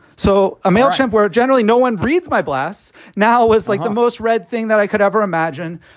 so a mailchimp where generally no one reads my blasts. now is like the most read thing that i could ever imagine.